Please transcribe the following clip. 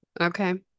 okay